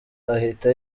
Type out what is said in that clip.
ahita